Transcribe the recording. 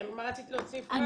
כן, מה רצית להוסיף?